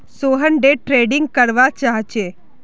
Sohan day trading करवा चाह्चे